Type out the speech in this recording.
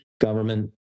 government